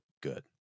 good